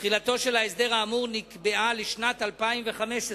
של ההסדר האמור נקבעה לשנת 2015,